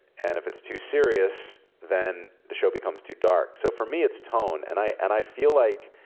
and if it's too serious, then the show becomes too dark. so for me, it's tone. and i and i feel like,